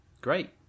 great